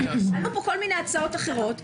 עלו פה כל מיני הצעות אחרות.